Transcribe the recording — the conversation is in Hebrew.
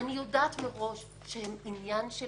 אני יודעת מראש שהם עניין של